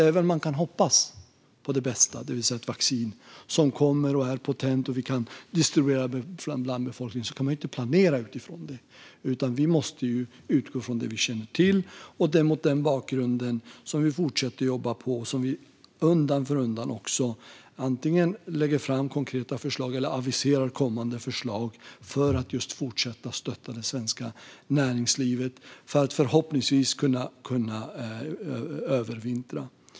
Även om man kan hoppas på det bästa, det vill säga att det kommer ett vaccin som är potent och kan distribueras bland befolkningen, kan vi inte planera utifrån detta. Vi måste utgå från det vi känner till, och det är mot den bakgrunden vi fortsätter att jobba på och undan för undan antingen lägga fram konkreta förslag eller avisera kommande förslag för att fortsätta stötta det svenska näringslivet så att det förhoppningsvis kan övervintra.